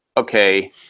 okay